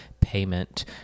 payment